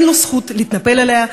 אין לו זכות להתנפל עליה,